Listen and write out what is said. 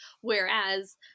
Whereas